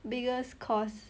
biggest course